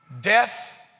death